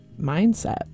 mindset